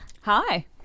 Hi